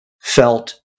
felt